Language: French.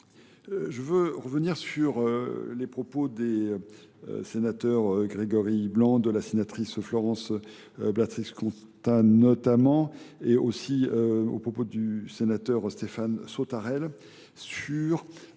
Je veux revenir sur les propos des sénateurs Grégory Blanc, de la sénatrice Florence Blatresque-Contain notamment, et aussi aux propos du sénateur Stéphane Sautarel. sur